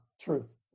truth